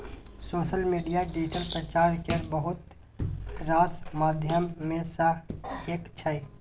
social media digital प्रचार केर बहुत रास माध्यम मे सँ एक छै